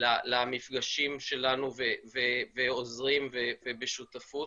למפגשים שלנו ועוזרים ובשותפות?